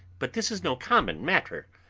but this is no common matter,